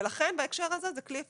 ולכן בהקשר הזה זה כלי אפקטיבי.